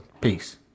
Peace